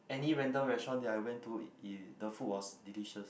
any random restaurant that I went to the food was delicious